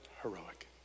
Heroic